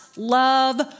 Love